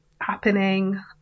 happening